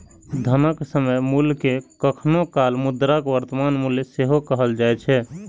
धनक समय मूल्य कें कखनो काल मुद्राक वर्तमान मूल्य सेहो कहल जाए छै